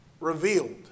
revealed